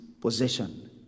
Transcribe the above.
possession